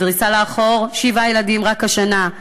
בדריסה לאחור, שבעה ילדים רק השנה,